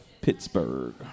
Pittsburgh